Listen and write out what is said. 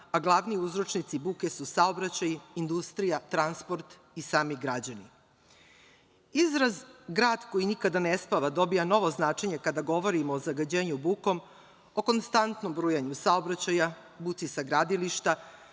a glavni uzročnici buke su saobraćaj, industrija, transport i sami građani. Izraz „grad koji nikada ne spava“ dobija novo značenje kada govorimo o zagađenju bukom, o konstantnom brujanju saobraćaja, buci sa gradilišta,